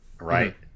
right